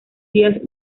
días